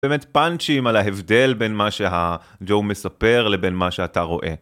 באמת פאנצ'ים על ההבדל בין מה שהג'ו מספר לבין מה שאתה רואה.